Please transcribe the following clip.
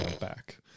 back